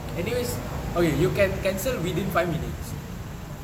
anyways okay you you can cancel within five minutes